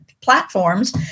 platforms